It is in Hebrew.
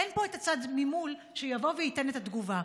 אין פה את הצד ממול שיבוא וייתן את התגובה.